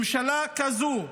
ממשלה כזו,